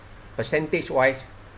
percentage wise